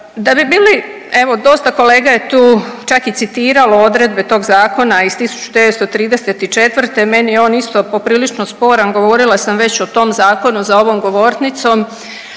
Da bi bili evo dosta kolega je tu čak i citiralo odredbe tog zakona iz 1934., meni je on isto poprilično sporan govorila sam već o tom zakonu za ovom govornicom,